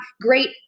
great